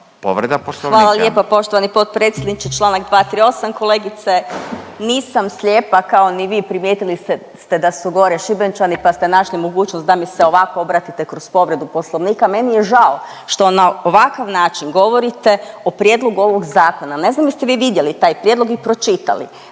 Marija (HDZ)** Hvala lijepa poštovani potpredsjedniče, čl. 238.. Kolegice, nisam slijepa kao ni vi, primijetili ste da su gore Šibenčani, pa ste našli mogućnost da mi se ovako obratite kroz povredu poslovnika. Meni je žao što na ovakav način govorite o prijedlogu ovog zakona. Ne znam jeste vi vidjeli taj prijedlog i pročitali?